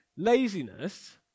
Laziness